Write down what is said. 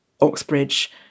Oxbridge